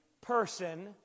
person